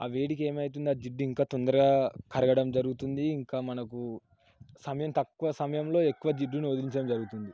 ఆ వేడికి ఏమవుతుంది ఆ జిడ్డు ఇంకా తొందరగా కరగడం జరుగుతుంది ఇంకా మనకు సమయం తక్కువ సమయంలో ఎక్కువ జిడ్డును వదిలించడం జరుగుతుంది